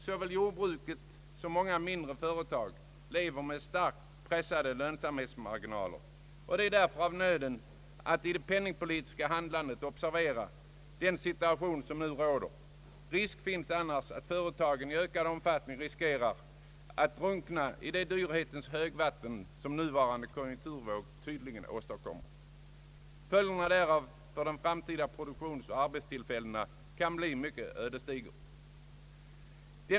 Såväl jordbruket som många andra mindre företag lever med starkt pressade lönsamhetsmarginaler, och det är därför av nöden att i det penningpolitiska handlandet observera den situation som nu råder. Risk finns annars att företagen i ökad utsträckning drunknar i det dyrhetens högvatten som nuvarande konjunkturer tydligen åstadkommer. Följderna därav för de framtida produktionsoch arbetstillfällena kan bli mycket ödesdigra.